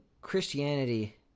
Christianity